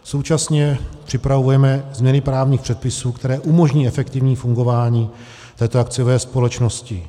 Současně připravujeme změny právních předpisů, které umožní efektivní fungování této akciové společnosti.